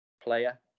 player